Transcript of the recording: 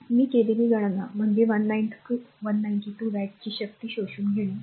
म्हणूनच मी केलेली गणना म्हणजे 192 वॅटची शक्ती शोषून घेणे